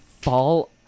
fall